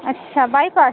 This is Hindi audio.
अच्छा बाईपास